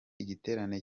igiterane